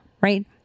right